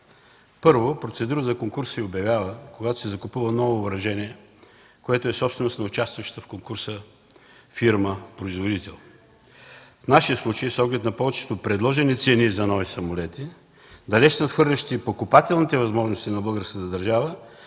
Първо, процедура за конкурс се обявява, когато се закупува ново въоръжение, което е собственост на участваща в конкурса фирма производител. В нашия случай, с оглед на повечето предложени цени за нови самолети, далеч надхвърлящи покупателните възможности на българската държава,